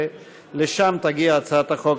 לשם תגיע הצעת החוק.